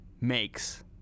makes